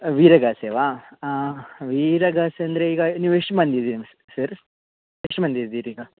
ವೀರಗಾಸೆಯಾ ವೀರಗಾಸೆ ಅಂದರೆ ಈಗ ನೀವು ಎಷ್ಟು ಮಂದಿ ಇದಿರ್ ಸರ್ ಎಷ್ಟು ಮಂದಿ ಇದ್ದೀರಿ ಈಗ